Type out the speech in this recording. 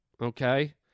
Okay